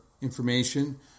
information